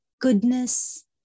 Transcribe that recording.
goodness